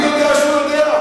אני יודע שהוא יודע.